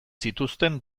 zituzten